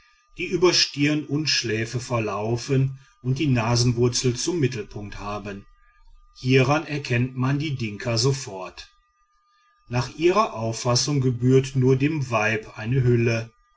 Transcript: die über stirn und schläfe verlaufen und die nasenwurzel zum mittelpunkt haben hieran erkennt man die dinka sofort nach ihrer auffassung gebührt nur dem weib eine hülle